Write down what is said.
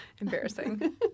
Embarrassing